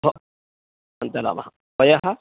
भ नाम वयः